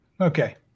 Okay